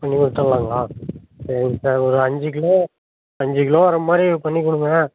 பண்ணிக் கொடுத்தட்லாங்களா சரிங்க சார் ஒரு அஞ்சு கிலோ அஞ்சு கிலோ வர்ற மாதிரி பண்ணிக் கொடுங்களேன்